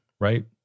right